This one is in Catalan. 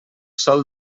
sol